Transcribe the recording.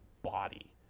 body